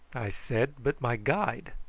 i said. but my guide.